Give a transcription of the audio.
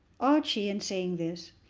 archie, in saying this,